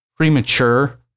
Premature